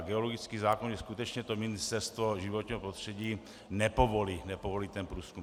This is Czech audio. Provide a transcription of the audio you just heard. Geologický zákon i skutečně Ministerstvo životního prostředí nepovolí ten průzkum.